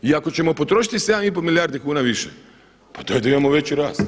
I ako ćemo potrošiti 7,5 milijardi kuna više pa to je da imamo veći rast.